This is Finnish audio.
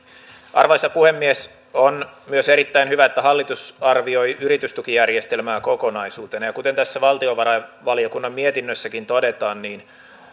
arvoisa puhemies on myös erittäin hyvä että hallitus arvioi yritystukijärjestelmää kokonaisuutena ja kuten tässä valtiovarainvaliokunnan mietinnössäkin todetaan niin